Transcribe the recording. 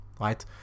right